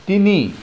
তিনি